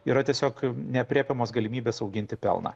yra tiesiog neaprėpiamos galimybės auginti pelną